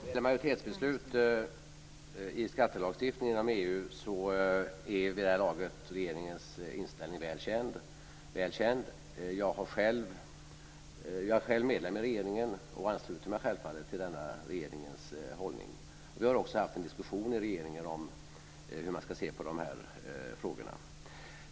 Fru talman! När det gäller majoritetsbeslut och skattelagstiftningen inom EU är regeringens inställning väl känd vid det här laget. Jag är själv medlem i regeringen och ansluter mig självfallet till denna regerings hållning. Vi har också haft en diskussion i regeringen om hur man ska se på dessa frågor.